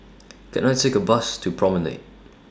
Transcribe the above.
Can I Take A Bus to Promenade